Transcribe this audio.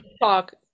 talk